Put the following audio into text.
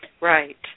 Right